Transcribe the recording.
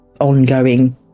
ongoing